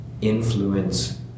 influence